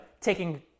taking